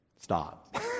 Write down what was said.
Stop